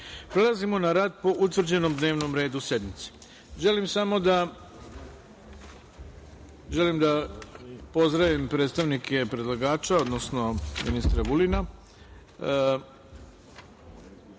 godine. Prelazimo na rad po utvrđenom dnevnom redu sednice. Želim samo da pozdravim predstavnike predlagača, odnosno ministra Vulina. Pre